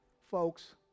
folks